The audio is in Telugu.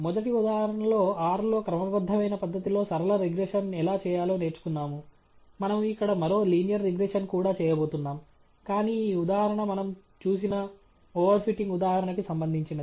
మొదటి ఉదాహరణలో R లో క్రమబద్ధమైన పద్ధతిలో సరళ రిగ్రెషన్ ఎలా చేయాలో నేర్చుకున్నాము మనము ఇక్కడ మరో లీనియర్ రిగ్రెషన్ కూడా చేయబోతున్నాం కానీ ఈ ఉదాహరణ మనం చూసిన ఓవర్ ఫిటింగ్ ఉదాహరణకి సంబంధించినది